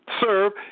serve